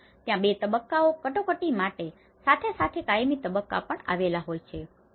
તથા ત્યાં બે તબક્કાઓ કટોકટી માટે અને સાથે સાથે કાયમી તબક્કાઓ પણ આવેલા હોય છે